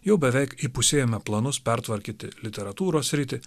jau beveik įpusėjome planus pertvarkyti literatūros sritį